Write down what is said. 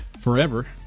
forever